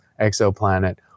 exoplanet